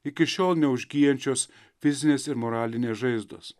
iki šiol neužgyjančios fizinės ir moralinės žaizdos